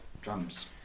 Drums